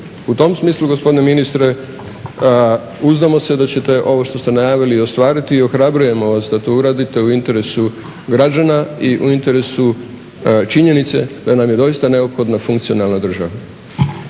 U tom smislu gospodine ministre uzdamo se da ćete ovo što ste najavili ostvariti i ohrabrujemo vas da to uradite u interesu građana i u interesu činjenice da nam je doista neophodna funkcionalna država.